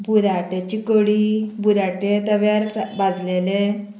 बुराट्याची कडी बुराटे तव्यार भाजलेले